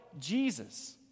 Jesus